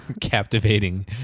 captivating